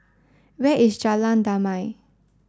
where is Jalan Damai